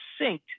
synced